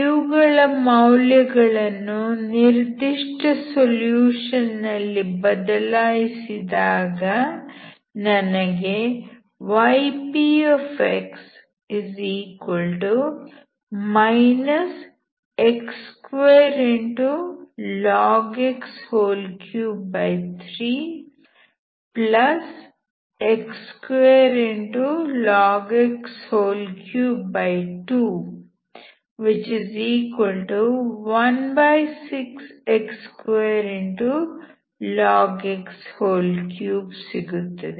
ಇವುಗಳ ಮೌಲ್ಯಗಳನ್ನು ನಿರ್ದಿಷ್ಟ ಸೊಲ್ಯೂಷನ್ ನಲ್ಲಿ ಬದಲಾಯಿಸಿದಾಗ ನನಗೆ ypx x2log x 33x2log x 3216x2log x 3 ಸಿಗುತ್ತದೆ